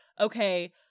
okay